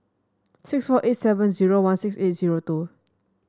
six four eight seven zero one six eight zero two